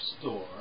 store